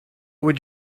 would